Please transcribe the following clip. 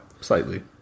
slightly